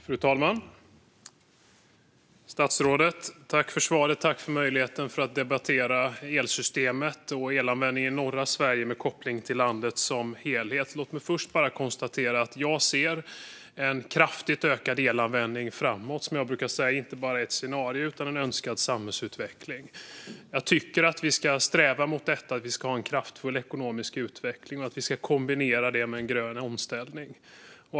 Fru talman! Jag tackar statsrådet för svaret och möjligheten att debattera elsystemet och elanvändningen i norra Sverige med koppling till landet som helhet. Jag brukar säga att en kraftigt ökad elanvändning inte bara är ett framtidsscenario utan en önskvärd samhällsutveckling. Jag tycker att vi ska sträva mot en kraftfull ekonomisk utveckling kombinerad med en grön omställning.